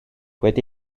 wedi